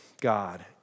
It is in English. God